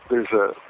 there is a